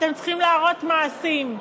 אתם צריכים להראות מעשים.